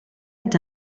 est